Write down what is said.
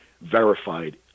verified